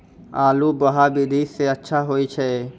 आलु बोहा विधि सै अच्छा होय छै?